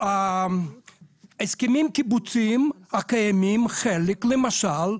שההסכמים הקיבוציים הקיימים, חלק, למשל,